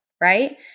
right